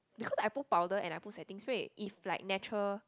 because I put powder and I put setting spray if like natural